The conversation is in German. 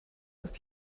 ist